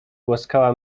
głaskała